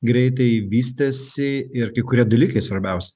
greitai vystėsi ir kai kurie dalykai svarbiausi